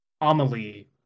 Amelie